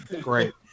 great